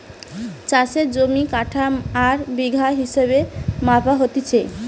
চাষের জমি কাঠা আর বিঘা হিসেবে মাপা হতিছে